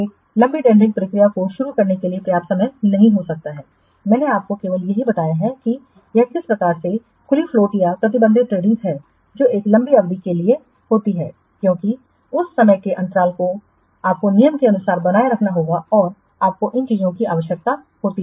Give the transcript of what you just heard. और एक लंबी टेंडरिंग प्रक्रिया को शुरू करने के लिए पर्याप्त समय नहीं हो सकता है मैंने आपको केवल यही बताया है कि यह किस प्रकार की खुलीफ्लोटया प्रतिबंधित टेंडरिंग है जो एक लंबी अवधि के लिए लेती हैं क्योंकि उस समय के अंतराल को आपको नियम के अनुसार बनाए रखना होता है और आपको इन चीजों की आवश्यकता होती है